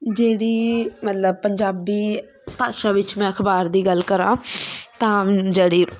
ਜਿਹੜੀ ਮਤਲਬ ਪੰਜਾਬੀ ਭਾਸ਼ਾ ਵਿੱਚ ਮੈਂ ਅਖਬਾਰ ਦੀ ਗੱਲ ਕਰਾਂ ਤਾਂ ਜਿਹੜੀ